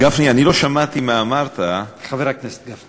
גפני, אני לא שמעתי מה אמרת, חבר הכנסת גפני.